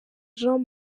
jean